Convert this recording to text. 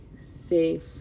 safe